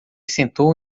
sentou